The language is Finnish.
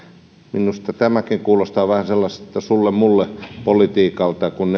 minusta tämäkin kuulostaa vähän sellaiselta sulle mulle politiikalta kun